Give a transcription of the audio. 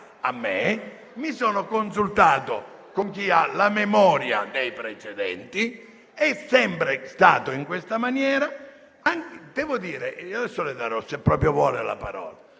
a me, mi sono consultato con chi ha la memoria dei precedenti: è sempre stato in questa maniera. *(Commenti)*. Io adesso le darò, se proprio vuole, la parola;